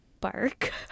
bark